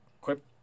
quick